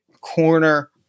corner